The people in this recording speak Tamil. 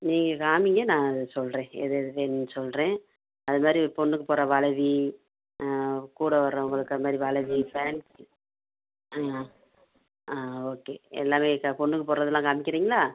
நீங்கள் காமிங்க நான் அதை சொல்கிறேன் எது எது வேணும்னு சொல்கிறேன் அது மாதிரி பொண்ணுக்கு போடுற வளைவி கூட வர்றவங்களுக்கு அது மாதிரி வளைவி ஃபேன்ஸி ஆ ஆ ஓகே எல்லாமே பொண்ணுக்கு போடுறதெல்லாம் காமிக்கிறீங்களா ஆ